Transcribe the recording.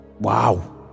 Wow